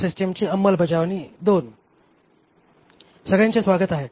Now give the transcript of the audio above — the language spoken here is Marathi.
सगळ्यांचे स्वागत आहे